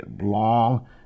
long